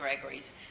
Gregory's